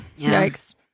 Yikes